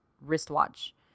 wristwatch